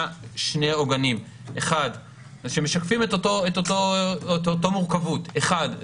שני עוגנים שמשקפים את אותה מורכבות: האחת,